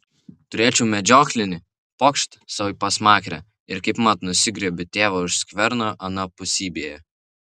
turėčiau medžioklinį pokšt sau į pasmakrę ir kaipmat nusigriebiu tėvą už skverno anapusybėje